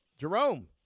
Jerome